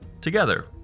together